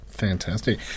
Fantastic